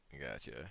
Gotcha